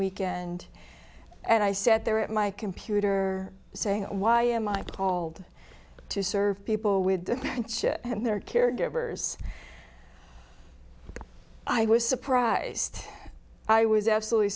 weekend and i set there at my computer saying why am i paul to serve people with the ship and their caregivers i was surprised i was absolutely